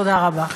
תודה רבה.